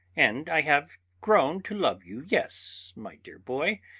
and i have grown to love you yes, my dear boy,